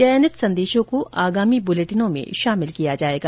चयनित संदेशों को आगामी बुलेटिनों में शामिल किया जाएगा